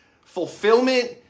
fulfillment